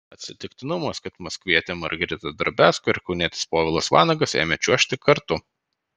atsitiktinumas kad maskvietė margarita drobiazko ir kaunietis povilas vanagas ėmė čiuožti kartu